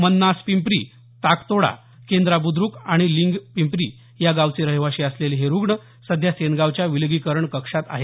मन्नास पिंपरी ताकतोडा केंद्रा बुद्रक आणि लिंगपिंपरी या गावचे रहिवाशी असलेले हे रुग्ण सध्या सेनगावच्या विलगीकरण कक्षात आहेत